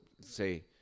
say